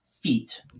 feet